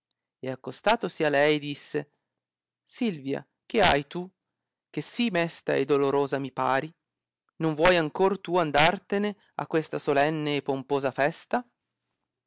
e accostatosi a lei disse silvia che hai tu che sì mesta e dolorosa mi pari non vuoi ancor tu andartene a questa solenne e pomposa festa